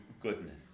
goodness